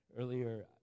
earlier